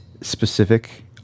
specific